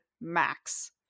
max